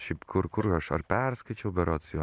šiaip kur kur aš ar perskaičiau berods jo